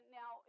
now